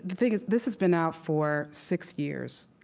the thing is, this has been out for six years.